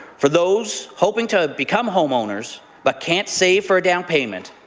for those hoping to become homeowners but can't save for a down payment,